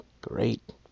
Great